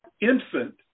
infant